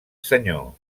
senyor